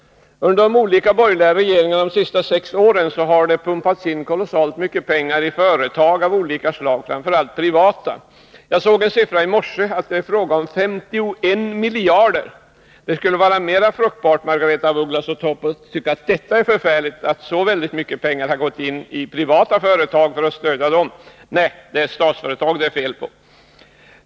Under de olika borgerliga regeringarna under de senaste sex åren har det pumpats in kolossalt mycket pengar i företag av olika slag, framför allt privata. Jag såg en siffra i morse att det är fråga om 51 miljarder. Det skulle vara mer fruktbart, Margaretha af Ugglas, att tycka att det är förfärligt att så mycket pengar går ini privata företag för att stödja dem. Men nej, det är Statsföretag det är fel på.